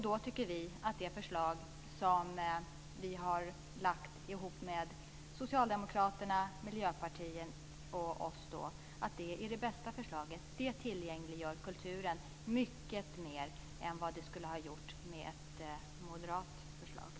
Då tycker vi att det förslag som vi lagt fram tillsammans med Socialdemokraterna och Miljöpartiet är det bästa förslaget. Det tillgängliggör kulturen mycket mer än vad ett moderat förslag skulle ha gjort.